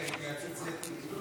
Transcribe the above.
אני מושכת את ההסתייגויות.